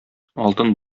алтын